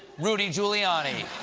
rudy giuliani.